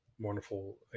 wonderful